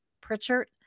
pritchard